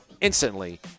instantly